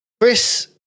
Chris